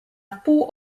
wpół